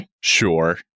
Sure